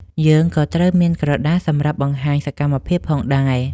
យើងក៏ត្រូវមានក្រដាសសម្រាប់បង្ហាញសកម្មភាពផងដែរ។